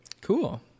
Cool